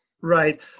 Right